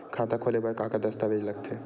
खाता खोले बर का का दस्तावेज लगथे?